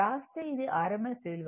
వ్రాస్తే ఇది rms విలువ